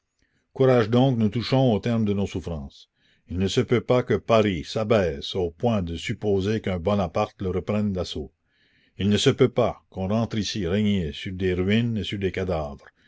courage donc nous touchons au terme de nos souffrances il ne se peut pas que paris s'abaisse au point de supposer qu'un bonaparte le reprenne d'assaut il ne se peut pas qu'on rentre ici régner sur des ruines et sur des cadavres